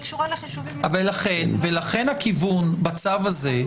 היא קשורה לחישובים --- ולכן הכיוון בצו הזה,